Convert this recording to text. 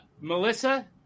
Melissa